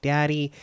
Daddy